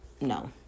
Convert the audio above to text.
no